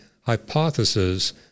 hypothesis